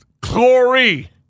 Glory